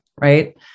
right